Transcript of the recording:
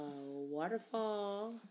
waterfall